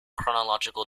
chronological